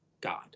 god